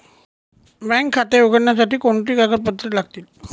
Bank खाते उघडण्यासाठी कोणती कागदपत्रे लागतील?